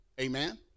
Amen